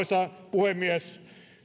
puhemies